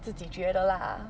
自己觉得 lah